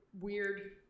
weird